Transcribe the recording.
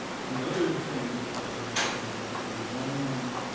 the other thing about the long